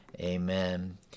amen